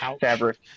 fabric